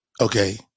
okay